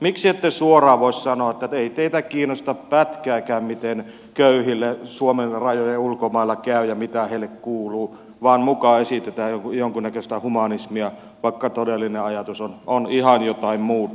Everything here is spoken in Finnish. miksi ette suoraan voi sanoa että ei teitä kiinnosta pätkääkään miten köyhille suomen rajojen ulkopuolella käy ja mitä heille kuuluu vaan muka esitetään jonkunnäköistä humanismia vaikka todellinen ajatus on ihan jotain muuta